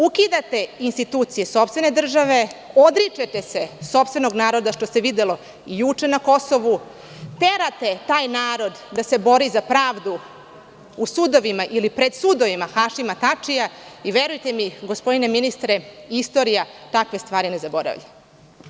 Ukidate institucije sopstvene države, odričete se sopstvenog naroda, što se videlo juče na Kosovu, terate taj narod da se bori za pravdu u sudovima ili pred sudovima Hašima Tačija i verujte, gospodine ministre, istorija takve stvari ne zaboravlja.